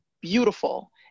beautiful